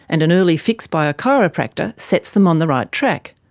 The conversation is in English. and an early fix by a chiropractor sets them on the right track.